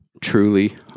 truly